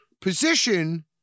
position